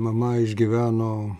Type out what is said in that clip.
mama išgyveno